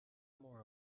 more